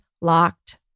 locked